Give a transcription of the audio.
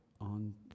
on